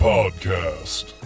Podcast